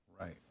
Right